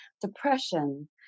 depression